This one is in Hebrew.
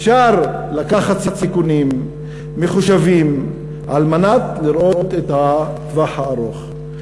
אפשר לקחת סיכונים מחושבים כדי לראות את הטווח הארוך.